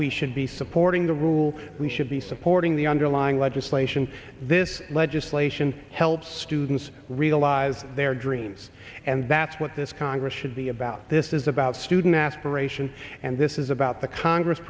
we should be supporting the rule we should be supporting the underlying legislation this legislation to help students realize their dreams and that's what this congress should be about this is about student aspiration and this is about the congress